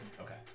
Okay